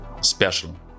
special